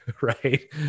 Right